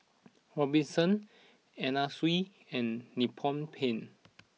Robinsons Anna Sui and Nippon Paint